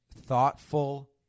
thoughtful